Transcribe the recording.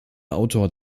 autor